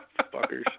Fuckers